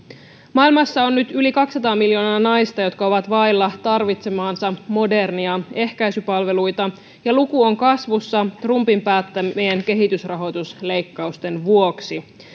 maailmassa on nyt yli kaksisataa miljoonaa naista jotka ovat vailla tarvitsemiaan moderneja ehkäisypalveluita ja luku on kasvussa trumpin päättämien kehitysrahoitusleikkausten vuoksi